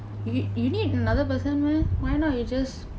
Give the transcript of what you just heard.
you you need another person meh why not you just